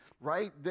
right